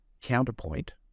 counterpoint